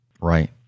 Right